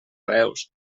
reus